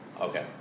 Okay